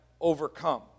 overcome